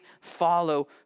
follow